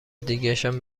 دیگشم